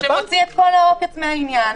הוא מוציא את כל העוקץ מהעניין,